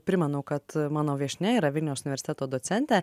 primenu kad mano viešnia yra vilniaus universiteto docentė